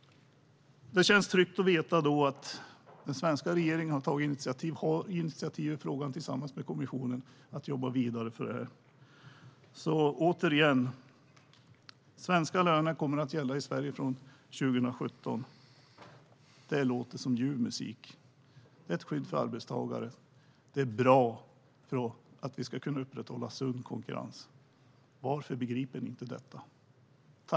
Det känns tryggt att veta att den svenska regeringen har tagit initiativ i frågan tillsammans med kommissionen att jobba vidare i frågan. Svenska löner kommer att gälla i Sverige från 2017. Det låter som ljuv musik! Det är ett skydd för arbetstagare, och det är bra för att kunna upprätthålla sund konkurrens. Varför begriper ni inte detta?